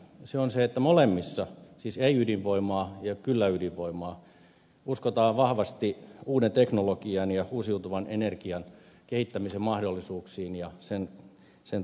se on se että molemmissa siis ei ydinvoimalle ja kyllä ydinvoimalle uskotaan vahvasti uuden teknologian ja uusiutuvan energian kehittämisen mahdollisuuksiin ja niiden tuomaan tulevaisuuteen